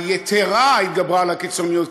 היתרה התגברה על הקיצוניות,